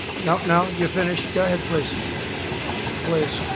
no, no, you are finished. go ahead, please. please.